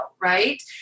Right